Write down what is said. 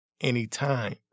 anytime